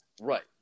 Right